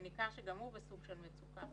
וניכר שגם הוא בסוג של מצוקה